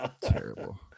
Terrible